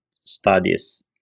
studies